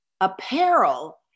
apparel